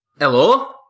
Hello